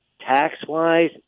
tax-wise